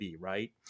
right